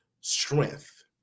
strength